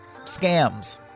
scams